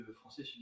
français